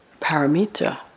paramita